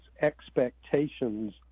expectations